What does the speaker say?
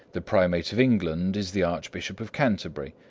the primate of england is the archbishop of canterbury,